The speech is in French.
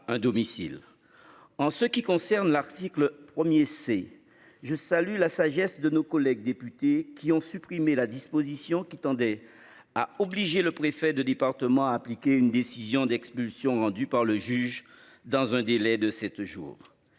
en ce qui concerne l'article 1er s'est je salue la sagesse de nos collègues députés qui ont supprimé la disposition qui tendait à obliger le préfet de département à appliquer une décision d'expulsion rendue par le juge dans un délai de 7 jours.